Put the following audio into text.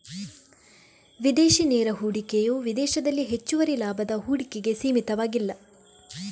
ವಿದೇಶಿ ನೇರ ಹೂಡಿಕೆಯು ವಿದೇಶದಲ್ಲಿ ಹೆಚ್ಚುವರಿ ಲಾಭದ ಹೂಡಿಕೆಗೆ ಸೀಮಿತವಾಗಿಲ್ಲ